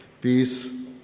peace